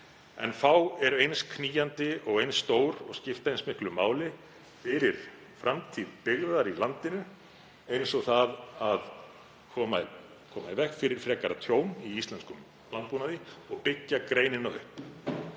en fá eru eins knýjandi og eins stór og skipta eins miklu máli fyrir framtíð byggðar í landinu og það að koma í veg fyrir frekara tjón í íslenskum landbúnaði og byggja greinina upp.